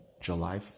July